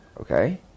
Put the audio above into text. okay